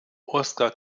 oscar